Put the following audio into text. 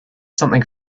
something